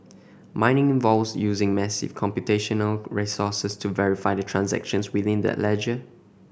mining involves using massive computational resources to verify the transactions within that ledger